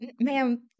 ma'am